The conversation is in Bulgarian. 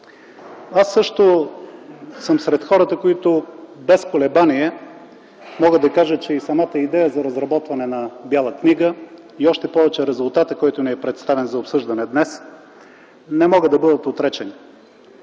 Аз също съм сред хората, които без колебание мога да кажа, че самата идея за разработване на Бяла книга, и още повече резултатът, който ни е представен за обсъждане днес, не могат да бъдат отречени.